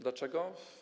Dlaczego?